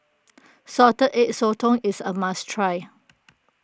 Salted Egg Sotong is a must try